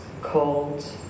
cold